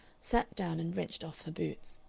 sat down and wrenched off her boots.